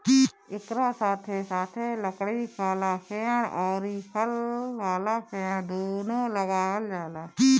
एकरा साथे साथे लकड़ी वाला पेड़ अउरी फल वाला पेड़ दूनो लगावल जाला